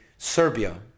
serbia